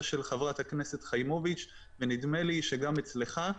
של חברת הכנסת חיימוביץ' ונדמה שגם אצלך.